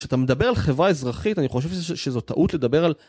כשאתה מדבר על חברה אזרחית אני חושב שזו טעות לדבר על